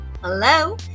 hello